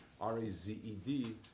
R-A-Z-E-D